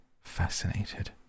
fascinated